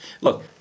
Look